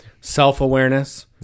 Self-awareness